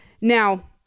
now